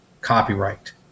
copyright